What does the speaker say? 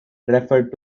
referred